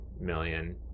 million